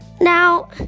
Now